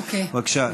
בבקשה.